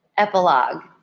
epilogue